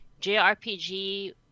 JRPG